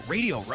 Radio